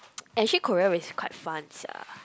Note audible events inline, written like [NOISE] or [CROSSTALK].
[NOISE] and actually Korea is quite fun sia